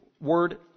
word